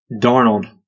Darnold